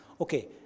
Okay